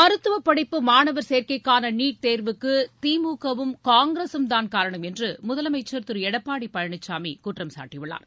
மருத்துவ படிப்பு மாணவர் சேர்க்கைக்கான நீட் தேர்வுக்கு திமுகவும் காங்கிரசும் தான் காரணம் என்று முதலமைச்சர் திரு எடப்பாடி பழனிசாமி குற்றம் சாட்டியுள்ளார்